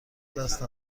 دست